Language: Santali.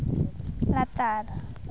ᱞᱟᱛᱟᱨ